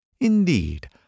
Indeed